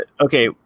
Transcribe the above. okay